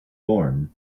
born